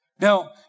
Now